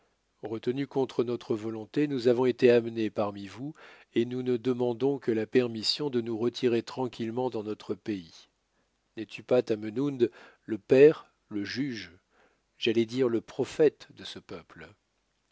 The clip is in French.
retenus contre notre volonté nous avons été amenés parmi vous et nous ne demandons que la permission de nous retirer tranquillement dans notre pays n'es-tu pas tamenund le père le juge j'allais dire le prophète de ce peuple